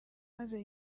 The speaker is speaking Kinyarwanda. maze